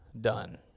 done